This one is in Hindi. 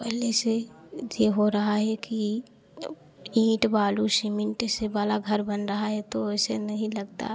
पहले से यह हो रहा है कि अब ईंट बालू सीमेंट से वाला घर बन रहा है तो यह सब नहीं लगता